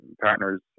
partners